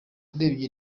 urebye